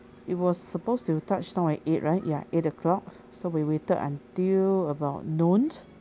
it was supposed to touch down at eight right ya eight o'clock so we waited until about noon